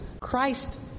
Christ